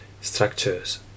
structures